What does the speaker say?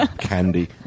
candy